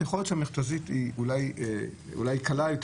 יכול להיות שהמכת"זית היא אולי קלה יותר